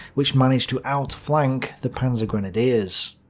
which managed to outflank the panzergrenadiers.